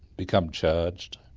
become charged.